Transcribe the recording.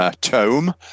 tome